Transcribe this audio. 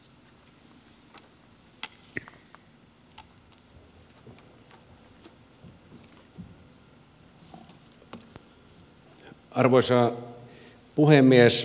arvoisa puhemies